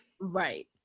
right